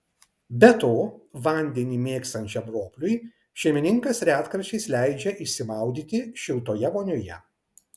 be to vandenį mėgstančiam ropliui šeimininkas retkarčiais leidžia išsimaudyti šiltoje vonioje